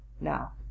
now